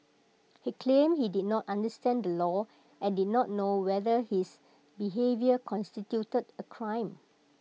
he claimed he did not understand the law and did not know whether his behaviour constituted A crime